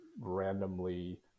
randomly